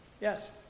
Yes